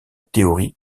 théorie